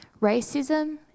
Racism